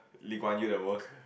Lee Kuan Yew the most